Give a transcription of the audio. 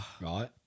right